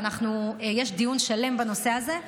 ויש דיון שלם בנושא הזה,